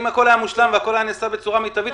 אם הכול היה מושלם והכול היה נעשה בצורה מיטבית,